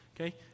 okay